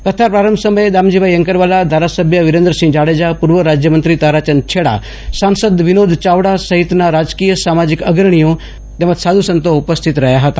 કથા પ્રારંભ સમયે દામજીભાઈ એન્કરવાલા ધારાસભ્ય વિરેન્દ્રસિંફ જાડેજાપૂર્વ રાજ્યમંત્રી તારાચંદ છેડાસાંસદ વિનોદ ચાવડા સહિતના રાજકીય સામાજિક અગ્રણીઓ સાધુ સંતો ઉપસ્થિત રહ્યા હતા